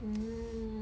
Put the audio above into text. mm